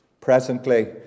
presently